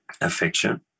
affection